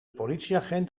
politieagent